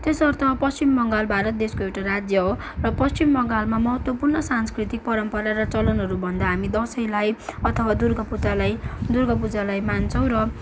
तसर्थ पश्चिम बङ्गाल भारत देशको एउटा राज्य हो र पश्चिम बङ्गालमा महत्त्वपूर्ण सांस्कृतिक परम्परा र चलनहरू भन्दा हामी दसैँलाई अथवा दुर्गा पूजालाई दुर्गा पूजालाई मान्छौँ र